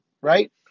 right